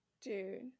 Dude